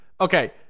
okay